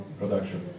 production